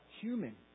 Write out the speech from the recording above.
human